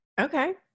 Okay